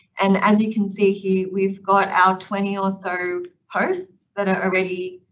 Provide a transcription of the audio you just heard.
and as you can see here we've got out twenty or so posts that are already